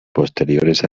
posteriores